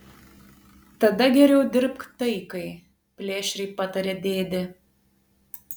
tada geriau dirbk taikai plėšriai patarė dėdė